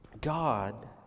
God